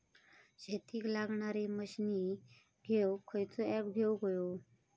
शेतीक लागणारे मशीनी घेवक खयचो ऍप घेवक होयो?